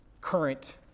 current